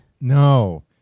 No